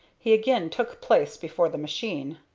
he again took place before the machine.